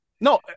No